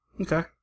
Okay